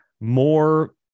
more